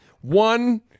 One